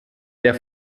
der